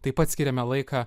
taip pat skiriame laiką